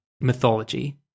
mythology